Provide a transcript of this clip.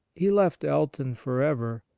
he left elton for ever,